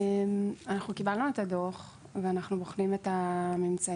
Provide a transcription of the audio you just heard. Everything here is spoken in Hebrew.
אנחנו קיבלנו את הדוח ואנחנו בוחנים את הממצאים.